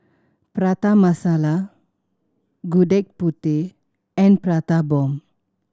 Prata Masala Gudeg Putih and Prata Bomb